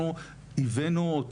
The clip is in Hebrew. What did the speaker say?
אנחנו הבאנו אותו,